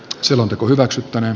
lakiehdotus hylätään